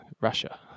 Russia